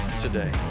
today